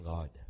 God